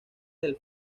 del